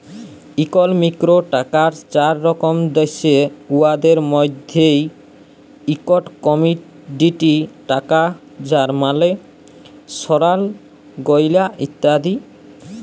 ইকলমিক্সে টাকার চার রকম দ্যাশে, উয়াদের মইধ্যে ইকট কমডিটি টাকা যার মালে সলার গয়লা ইত্যাদি